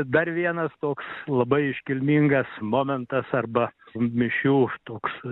dar vienas toks labai iškilmingas momentas arba mišių toks